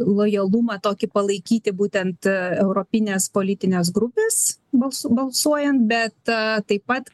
lojalumą tokį palaikyti būtent europinės politinės grupės balsuojant bet taip pat kai būna labai kažkokie